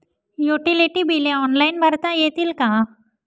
Utility बिले online भरता येतील का?